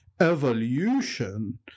evolution